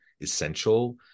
essential